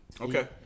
Okay